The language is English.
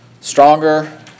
stronger